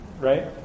right